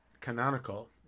canonical